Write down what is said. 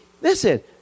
Listen